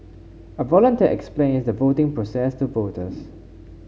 a volunteer explains a voting process to voters